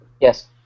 Yes